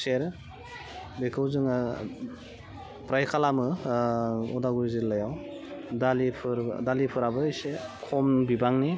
खुसेर बेखौ जोङो फ्राइ खालामो अदालगुरि जिल्लायाव दालिफोर दालिफोराबो एसे खम बिबांनि